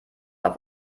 auf